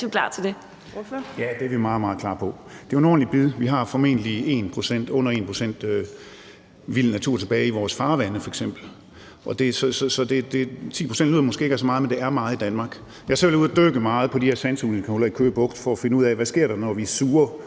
Ja, det er vi meget, meget klar på. Det er jo en ordentlig bid. Vi har f.eks. formentlig under 1 pct. vild natur tilbage i vores farvande. Så 10 pct. lyder måske ikke af så meget, men det er meget i Danmark. Jeg har selv været ude og dykke meget på de her sandsugningshuller i Køge Bugt for at finde ud af, hvad der sker, når vi suger